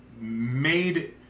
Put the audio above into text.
made